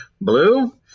Blue